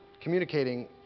communicating